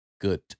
good